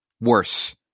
worse